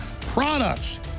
products